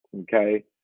okay